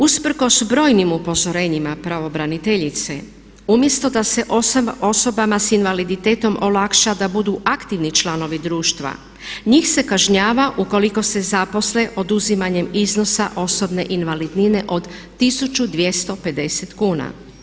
Usprkos brojnim upozorenjima pravobraniteljice umjesto da se osobama s invaliditetom olakša da budu aktivni članovi društva njih se kažnjava ukoliko se zaposle oduzimanjem iznosa osobne invalidnine od 1250 kuna.